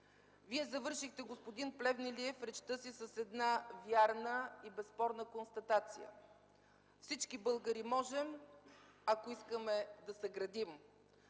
Вие завършихте, господин Плевнелиев, речта си с една вярна и безспорна констатация: всички българи можем, ако искаме, да съградим.